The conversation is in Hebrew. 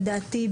לדעתי,